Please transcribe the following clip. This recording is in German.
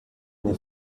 eine